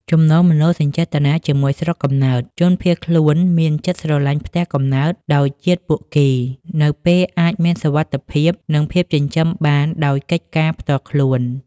ចំណងមនោសញ្ចេតនាជាមួយស្រុកកំណើតជនភៀសខ្លួនមានចិត្តស្រឡាញ់ផ្ទះកំណើតដោយជាតិពួកគេ នៅពេលអាចមានសុវត្ថិភាព និងភាពចិញ្ចឹមបានដោយកិច្ចការផ្ទាល់ខ្លួន។